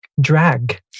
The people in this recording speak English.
drag